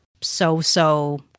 so-so